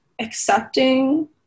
accepting